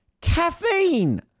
Caffeine